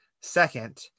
second